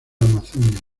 amazonia